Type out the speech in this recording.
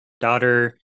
daughter